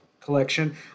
collection